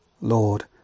Lord